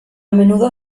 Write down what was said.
menudo